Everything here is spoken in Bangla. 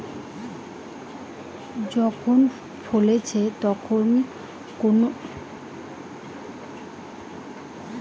যখন ফছলে কোনো ভাবে জলের অভাব দেখা যায় তখন উইল্টিং ঘটে